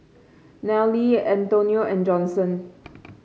Nelle Antonio and Johnson